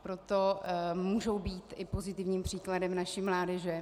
Proto můžou být i pozitivním příkladem naší mládeže.